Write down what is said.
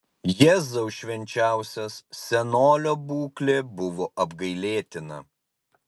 jėzau švenčiausias senolio būklė buvo apgailėtina